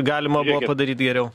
galima buvo padaryt geriau